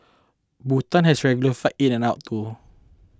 Bhutan has regular flights in and out too